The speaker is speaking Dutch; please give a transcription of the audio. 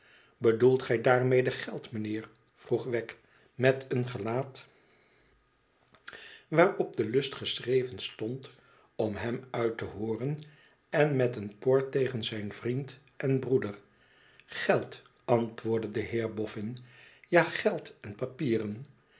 bedoelt gij daarmede geld mijnheer vroeg wegg met een gelaat waarop de lust geschreven stond om hem uit te hooren en met een por tegen zijn vriend en broeder geld antwoordde de heer boffin ja geld en papieren